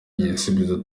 igisubizo